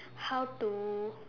how to